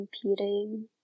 competing